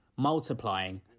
multiplying